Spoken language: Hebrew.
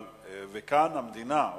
וכאן המדינה,